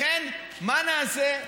לכן, מה נעשה?